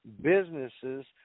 businesses